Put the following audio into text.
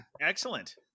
Excellent